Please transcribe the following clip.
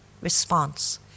response